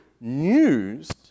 news